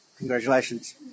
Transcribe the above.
Congratulations